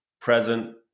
present